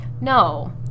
no